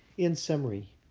in summary,